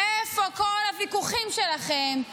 איפה כל הוויכוחים שלכם?